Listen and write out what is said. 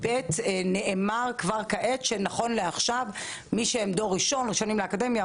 ונאמר כבר כעת שנכון לעכשיו מי שהם דור ראשון וראשונים לאקדמיה,